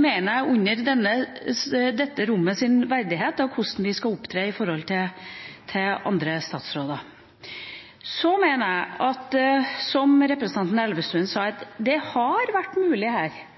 mener jeg er under dette rommets verdighet med hensyn til hvordan vi skal opptre i forholdet til statsråder. Så mener jeg, som representanten Elvestuen sa, at det hadde vært mulig her